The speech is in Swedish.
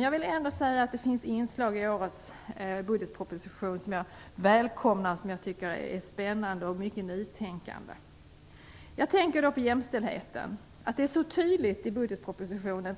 Jag vill ändå säga att det finns inslag i årets budgetproposition som jag välkomnar, som jag tycker är spännande och visar mycket nytänkande. Jag tänker då på jämställdheten. Det är så tydligt i budgetpropositionen